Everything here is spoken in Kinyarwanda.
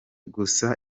gusa